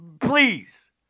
Please